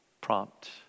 prompt